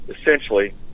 essentially